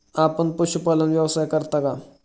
आपण पशुपालन व्यवसाय करता का?